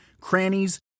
crannies